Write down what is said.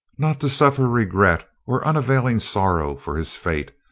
not to suffer regret or unavailing sorrow for his fate,